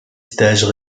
stages